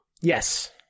Yes